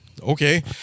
okay